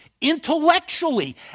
intellectually